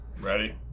Ready